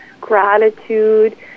gratitude